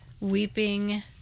weeping